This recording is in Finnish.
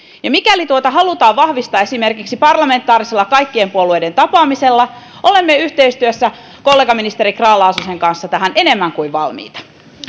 ja mikäli tuota halutaan vahvistaa esimerkiksi parlamentaarisella kaikkien puolueiden tapaamisella olemme yhteistyössä kollegaministeri grahn laasosen kanssa tähän enemmän kuin valmiita